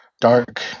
dark